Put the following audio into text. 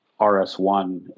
RS1